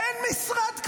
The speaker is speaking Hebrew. אין משרד כזה.